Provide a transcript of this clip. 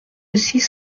six